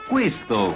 Questo